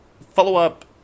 follow-up